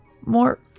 more